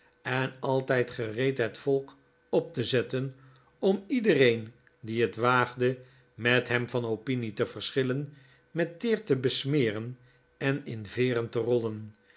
en altijd gereed het volk op te zetten om iedereen die het waagde met hem van opinie te verschillen met teer te besmeren en in veeren te rollen